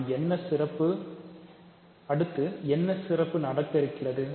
அடுத்து என்ன சிறப்பு நடக்க இருக்கிறது